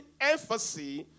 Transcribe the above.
emphasis